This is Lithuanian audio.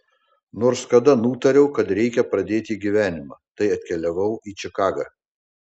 nors kada nutariau kad reikia pradėti gyvenimą tai atkeliavau į čikagą